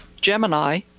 gemini